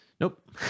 nope